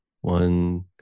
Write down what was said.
one